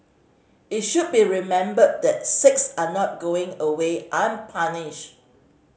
it should be remembered that six are not going away unpunished